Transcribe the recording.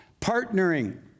partnering